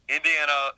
Indiana